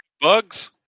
bugs